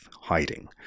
hiding